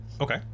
Okay